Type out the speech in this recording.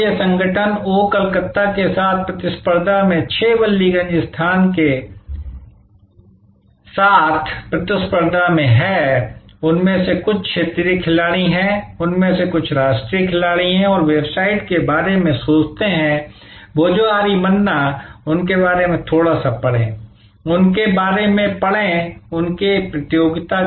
अब यह संगठन ओह कलकत्ता के साथ प्रतिस्पर्धा में 6 बल्लीगंज स्थान के साथ प्रतिस्पर्धा में है उनमें से कुछ क्षेत्रीय खिलाड़ी हैं उनमें से कुछ राष्ट्रीय खिलाड़ी हैं और वेबसाइट के बारे में सोचते हैं भोजहोरी मन्ना उनके बारे में थोड़ा सा पढ़ें उनके बारे में पढ़ें उनकी प्रतियोगिता